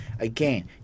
Again